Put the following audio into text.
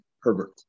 Herbert